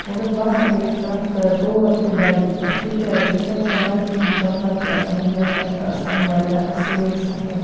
مَگر بہٕ سا گیَس تَتھ تور تہِ باٮ۪کہِ پٮ۪ٹھ تِکیازِ یُس ہسا باٮ۪کہِ ہُند سَفر چھُ آسان یہِ ہسا چھُ آسان واریاہ اَصٕل سَفر